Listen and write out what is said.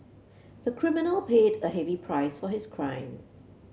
the criminal paid a heavy price for his crime